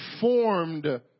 formed